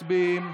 מצביעים.